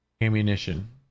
ammunition